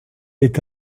est